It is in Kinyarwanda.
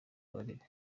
kabarebe